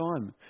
time